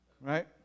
Right